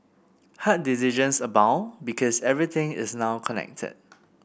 hard decisions abound because everything is now connected